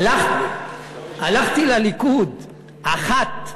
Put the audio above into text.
הלכתי לליכוד אחת.